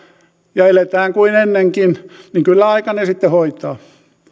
ja eletään kuin ennenkin niin kyllä aika ne sitten hoitaa